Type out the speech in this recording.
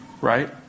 right